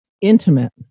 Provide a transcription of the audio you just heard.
Intimate